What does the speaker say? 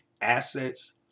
assets